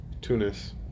Tunis